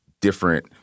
different